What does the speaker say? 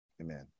amen